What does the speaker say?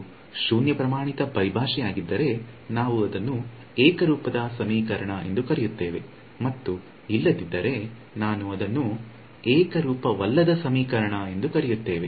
ಅದು ಶೂನ್ಯ ಪ್ರಮಾಣಿತ ಪರಿಭಾಷೆಯಾಗಿದ್ದರೆ ನಾವು ಅದನ್ನು ಏಕರೂಪದ ಸಮೀಕರಣ ಎಂದು ಕರೆಯುತ್ತೇವೆ ಮತ್ತು ಇಲ್ಲದಿದ್ದರೆ ನಾನು ಅದನ್ನು ಏಕರೂಪವಲ್ಲದ ಸಮೀಕರಣ ಎಂದು ಕರೆಯುತ್ತೇವೆ